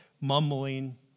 mumbling